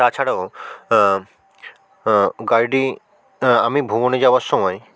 তাছাড়াও গাড়িটি আমি ভ্রমণে যাওয়ার সময়